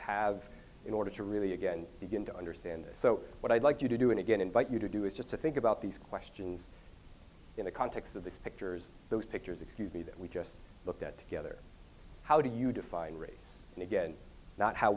have in order to really again begin to understand so what i'd like you to do and again invite you to do is just to think about these questions in the context of these pictures those pictures excuse me that we just looked at together how do you define race and again not how